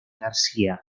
garcía